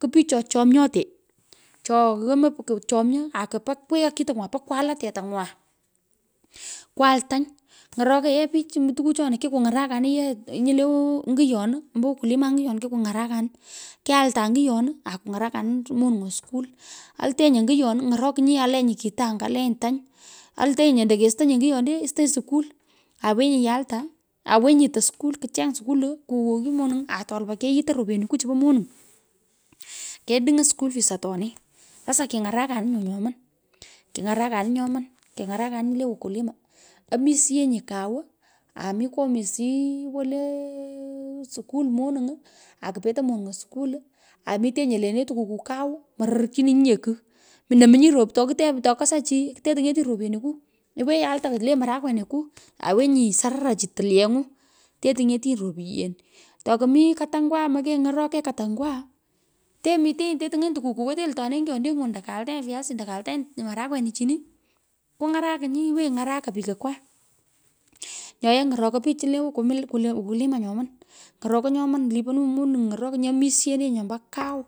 Ku pich cho chomyote. cho yomoi kuchomyo aku pa kwigha kitongwa pa kwala tetangwa. Kwal tany, ng'orokoi yee pich tukwu choni, kikung'arakanin yee nyi le nyuyon. ombo ukulima nguyon kikung’arakanın. Kyaltan nguyon aku ng’arakanin monungo skul, alteny. nyuyon ny’orokinyi iyalenyi kito anga. alenyi tuny, altenyi ando kesutony. nyiyonde. awenyi yalta. awenyi to skul kuwoch monung, ato lapai keyito repyeniku chu pa menuny kedung’o skul fees atoni. Sasa king’arukanin nyu nyoman king'arakanin nyoman. King'arakanin nyu le ukulima. Omisieny kuw aa mi kwomisiyi woleeo skul monuny. aku petei monuny'o skul aa mitenyi elenei tukukuu kaa mororchininyi nye kigh. Monominye nye rop. tokutep. tokasa chi kutetiny’etinyi ropyeniku lwenyi yalta chu le murakweniku aiweny, surura chi tilyeng'u. teting'etinyi, ropyen. Tokomii katangwaa mekeny ng’oke katangwa te tununy’onyi tukuu. wetenyi altonei, ngoyondeng’u ando kalteny. viasori ando kaltenyi marakwenichi. Kung’arukinyi iiwenyi ng’araka pikokwaa. Nyo ye ngorokoi pich nyu le ukulima nyoman. Ny’orokoi nyoman liponunyi monuny, ng'orokinyi omiisyenenyi nyoman ombo kau.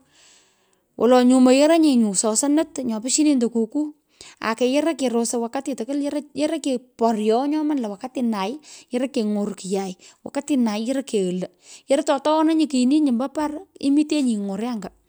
wolo moyoronye nyu sosonot nyo pushinenyi tukukuu ake yoroi kerosoi wakati tukwul. yoroi keporyeoi nyoman lo wakatinaoi yoroi kengor wakatinai yeroi kegh lo, yoroi ato tinaananyi kiyini nyu ambo par imiteny ng'ore anya.